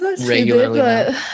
regularly